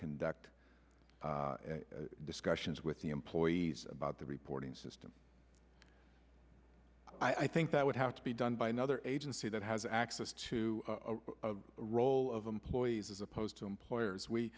conduct discussions with the employees about the reporting system i think that would have to be done by another agency that has access to a role of employees as opposed to employers we